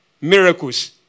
miracles